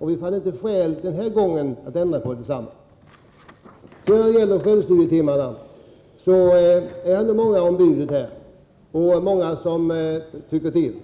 och vi fann inte skäl att den här gången ändra på detsamma. Jag har inte något mer att säga i denna fråga. När det sedan gäller självstudietimmarna är det många om budet och många som ”tycker till”.